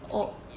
oh